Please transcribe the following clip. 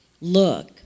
Look